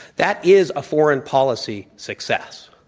that is a foreign policy success.